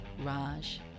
Raj